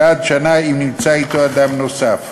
ועד שנה אם נמצא אתו אדם נוסף.